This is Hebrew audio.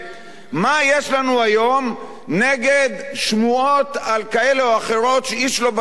מה יש לנו היום נגד שמועות כאלה או אחרות שאיש לא בדק אותן,